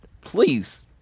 please